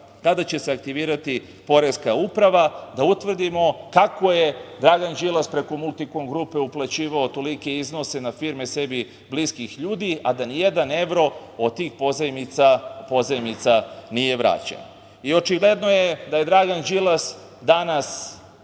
kada će se aktivirati Poreska uprava, da utvrdimo kako je Dragan Đilas preko „Multikom grupe“ uplaćivao tolike iznose na firme sebi bliskih ljudi, a da ni jedan evro od tih pozajmica nije vraćen? Očigledno je da je Dragan Đilas danas